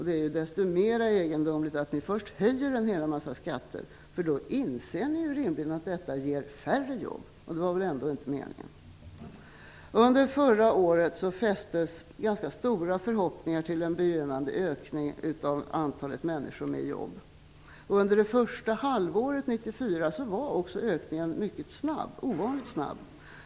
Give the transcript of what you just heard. Det är desto mer egendomligt att ni först höjer en massa skatter, för då inser ni ju rimligen att detta ger färre jobb, och det var väl ändå inte meningen. Under förra året fästes ganska stora förhoppningar till en begynnande ökning av antalet människor med jobb. Under det första halvåret var också ökningen mycket snabb, ovanligt snabb.